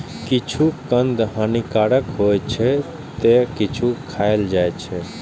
किछु कंद हानिकारक होइ छै, ते किछु खायल जाइ छै